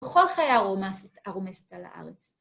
‫בכל חיי הרומסת על הארץ.